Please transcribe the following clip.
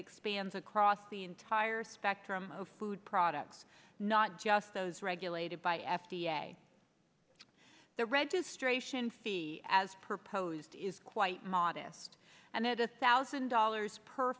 expands across the entire spectrum of food products not just those regulated by f d a the registration fee as proposed is quite modest and it a thousand dollars per